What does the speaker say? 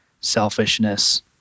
selfishness